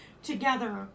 together